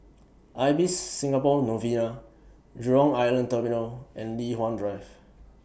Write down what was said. Ibis Singapore Novena Jurong Island Terminal and Li Hwan Drive